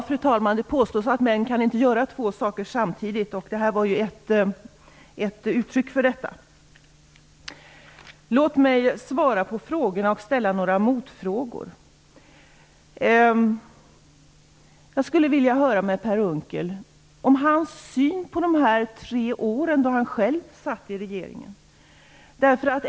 Fru talman! Det påstås att män inte kan göra två saker samtidigt. Det här var ett uttryck för det. Låt mig svara på frågorna och ställa några motfrågor. Jag skulle vilja tala med Per Unckel om hans syn på de tre år då han själv satt i regeringen.